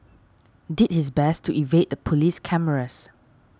did his best to evade the police cameras